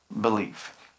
belief